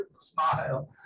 smile